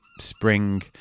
spring